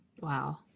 Wow